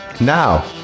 now